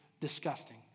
disgusting